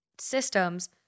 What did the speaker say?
systems